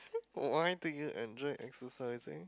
why do you enjoy exercising